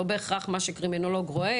לא בהכרח מה שקרימינולוג רואה,